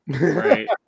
Right